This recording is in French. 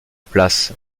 place